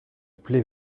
plait